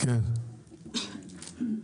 כן, אבנר.